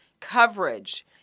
coverage